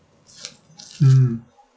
mm